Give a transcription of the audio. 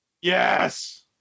Yes